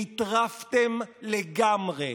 נטרפתם לגמרי.